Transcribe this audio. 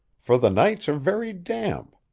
for the nights are very damp.